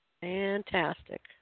Fantastic